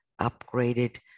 upgraded